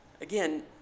again